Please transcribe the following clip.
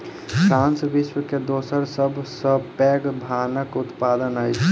France विश्व के दोसर सभ सॅ पैघ भांगक उत्पादक अछि